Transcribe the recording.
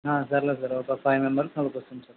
సరే సార్ ఒక ఫైవ్ మెంబర్స్ని తోలుకొస్తాం సార్